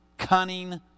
cunning